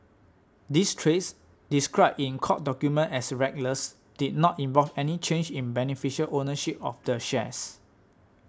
these trades described in court documents as reckless did not involve any change in beneficial ownership of the shares